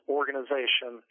organization